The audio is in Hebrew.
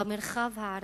במרחב הערבי,